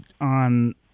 on